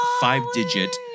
five-digit